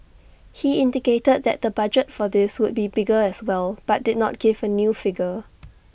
he indicated that the budget for this would be bigger as well but did not give A new figure